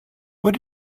what